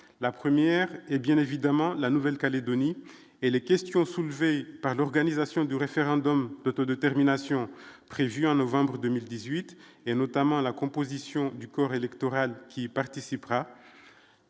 la première, et bien évidemment la Nouvelle-Calédonie et les questions soulevées par l'organisation du référendum d'autodétermination, prévu en novembre 2018 et notamment la composition du corps électoral qui participera